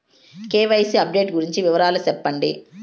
KYC update గురించి వివరాలు సెప్పండి?